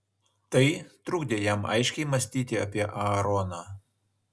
tai trukdė jam aiškiai mąstyti apie aaroną